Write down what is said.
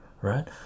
right